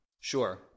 Sure